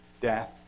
death